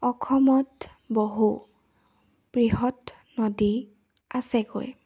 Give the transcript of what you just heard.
অসমত বহু বৃহৎ নদী আছেগৈ